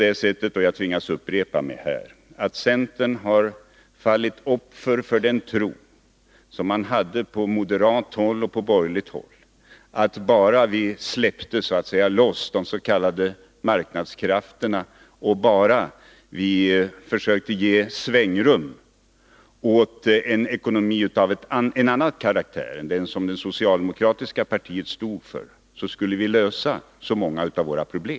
Och centern har — jag tvingas här upprepa mig — fallit offer för den tro som man på moderat och borgerligt håll hade att vi skulle lösa många av våra problem, bara vi släppte loss de s.k. marknadskrafterna och försökte ge Nr 107 svängrum åt en ekonomi av en annan karaktär än den som det socialdemokratiska partiet stod för.